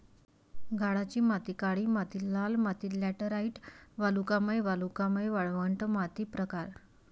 गाळाची माती काळी माती लाल माती लॅटराइट वालुकामय वालुकामय वाळवंट माती प्रकार